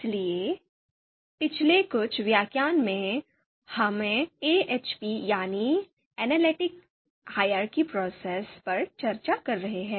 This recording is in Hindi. इसलिए पिछले कुछ व्याख्यानों में हम AHP यानी विश्लेषणात्मक पदानुक्रम प्रक्रिया पर चर्चा कर रहे हैं